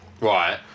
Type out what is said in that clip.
right